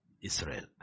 Israel